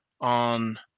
on